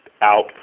out